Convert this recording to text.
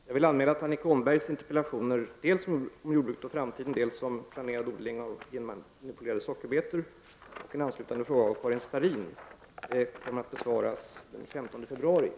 Herr talman! Jag vill anmäla att Annika Åhnbergs interpellationer dels om jordbruket och framtiden, dels om planerad odling av genmanipulerade sockerbetor på grund av arbetsbelastning kommer att besvaras först den 15 februari.